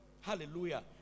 Hallelujah